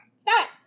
stop